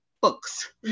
Books